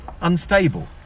unstable